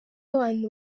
abantu